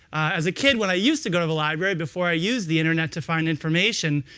as a kid, when i used to go to the library, before i used the internet to find information,